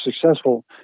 successful